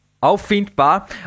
auffindbar